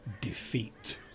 defeat